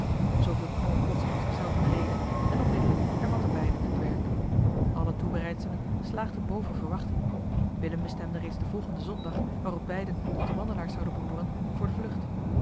viel knol plotseling zich zelf in de rede en onmiddellijk hervatten beiden het werk alle toebereidselen slaagden boven verwachting willem bestemde reeds den volgenden zondag waarop beiden tot de wandelaars zouden behooren voor de vlucht